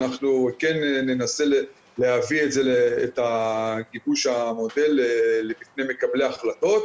אנחנו כן ננסה להביא את גיבוש המודל למקבלי ההחלטות